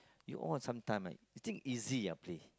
they all sometime right you think easy ah play